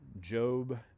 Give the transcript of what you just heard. Job